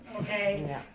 Okay